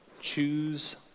Choose